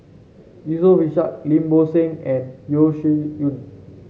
Yusof Ishak Lim Bo Seng and Yeo Shih Yun